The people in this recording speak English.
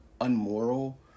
unmoral